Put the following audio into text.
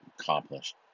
accomplished